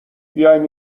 بیاین